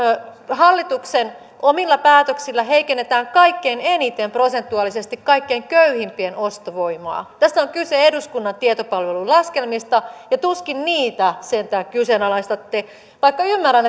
hallituksen omilla päätöksillä heikennetään kaikkein eniten prosentuaalisesti kaikkein köyhimpien ostovoimaa tässä on kyse eduskunnan tietopalvelun laskelmista ja tuskin niitä sentään kyseenalaistatte vaikka ymmärrän